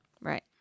right